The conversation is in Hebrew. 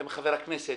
אם חבר הכנסת,